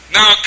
Now